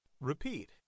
Repeat